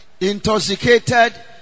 Intoxicated